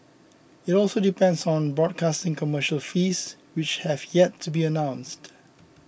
it also depends on the broadcasting commercial fees which have yet to be announced